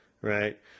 Right